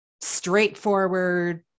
straightforward